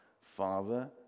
Father